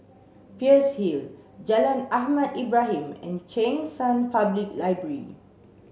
Peirce Hill Jalan Ahmad Ibrahim and Cheng San Public Library